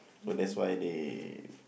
so that's why they